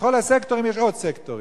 בכל הסקטורים יש עוד סקטורים.